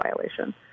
violation